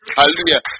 Hallelujah